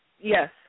Yes